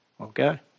okay